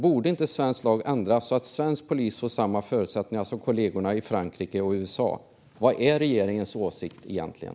Borde inte svensk lag ändras så att svensk polis får samma förutsättningar som kollegorna i Frankrike och USA? Vad är regeringens åsikt egentligen?